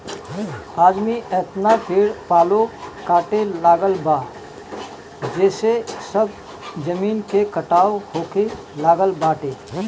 आदमी एतना पेड़ पालो काटे लागल बा जेसे सब जमीन के कटाव होखे लागल बाटे